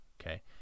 Okay